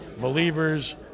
Believers